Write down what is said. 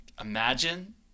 Imagine